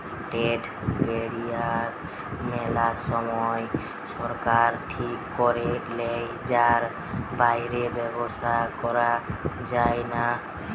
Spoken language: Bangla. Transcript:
ট্রেড ব্যারিয়ার মেলা সময় সরকার ঠিক করে লেয় যার বাইরে ব্যবসা করা যায়না